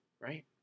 right